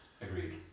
Agreed